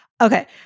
Okay